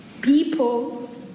people